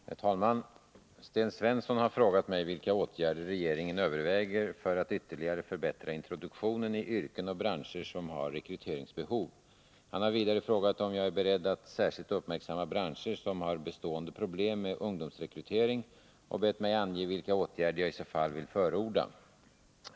Herr talman! Sten Svensson har frågat mig vilka åtgärder regeringen överväger för att ytterligare förbättra introduktionen i yrken och branscher som har rekryteringsbehov. Han har vidare frågat om jag är beredd att särskilt uppmärksamma branscher som har bestående problem med ungdomsrekrytering och bett mig ange vilka åtgärder jag i så fall vill förorda.